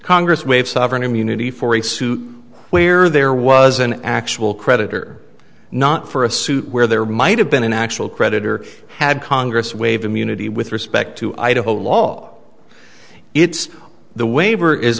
congress may have sovereign immunity for a suit where there was an actual creditor not for a suit where there might have been an actual creditor had congress waived immunity with respect to idaho law it's the waiver is